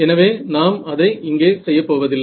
எனவே நாம் அதை இங்கே செய்யப்போவதில்லை